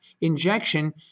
injection